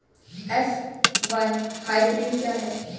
F one hybrid क्या है?